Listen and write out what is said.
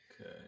okay